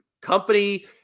company